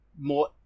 more